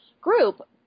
group